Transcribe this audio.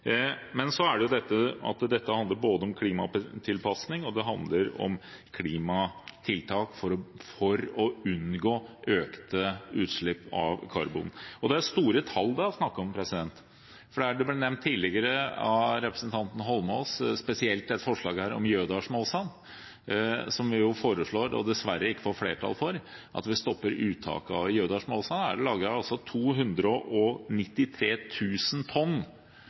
Men så handler dette både om klimatilpasning og om klimatiltak for å unngå økte utslipp av karbon, og det er store tall det er snakk om. Det ble nevnt tidligere av representanten Eidsvoll Holmås spesielt et forslag vi har her om Jødahlsmåsan, som vi dessverre ikke får flertall for at vi stopper uttaket av. I Jødahlsmåsan er det lagret 293 000 tonn